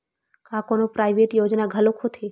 का कोनो प्राइवेट योजना घलोक होथे?